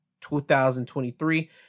2023